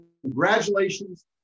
Congratulations